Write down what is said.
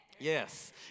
Yes